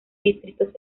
distritos